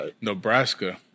Nebraska